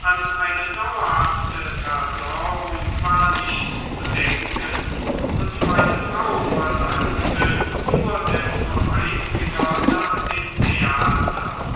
an eine dauerhafte versorgung war nicht zu denken und meine frau verlangte nur desto eifriger nach dem theater